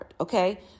Okay